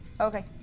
Okay